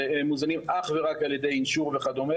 והם מוזנים אך ורק על ידי אינשור וכו',